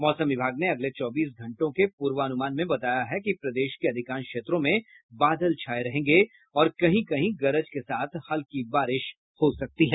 मौसम विभाग ने अगले चौबीस घंटों के पूर्वानुमान में बताया है कि प्रदेश के अधिकांश क्षेत्रों में बादल छाए रहेंगे और कहीं कहीं गरज के साथ हल्की बारिश हो सकती है